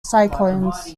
cyclones